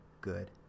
good